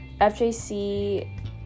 fjc